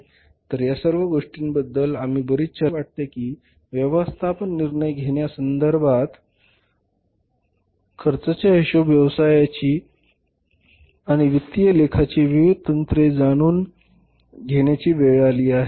तर या सर्व गोष्टींबद्दल आम्ही बरीच चर्चा केली आहे आणि आता मला असे वाटते की व्यवस्थापन निर्णय घेण्यासंदर्भात खर्चाच्या हिशेब व्यवसायाची आणि वित्तीय लेखाची विविध तंत्रे जाणून घेण्याची व व्यवस्थापनाचा निर्णय कसा घेता येईल याविषयी जाणून घेण्याची वेळ आली आहे